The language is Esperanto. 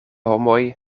homoj